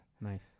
nice